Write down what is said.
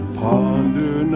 ponder